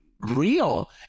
real